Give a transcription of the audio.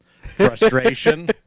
frustration